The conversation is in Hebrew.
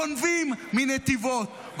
גונבים מנתיבות,